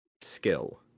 Skill